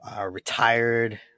retired